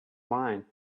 mine